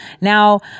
Now